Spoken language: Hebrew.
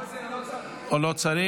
לא צריך, לא צריך.